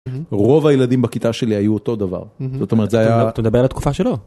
רוב הילדים בכיתה שלי היו אותו דבר, זאת אומרת זה היה... אתה מדבר על התקופה שלו.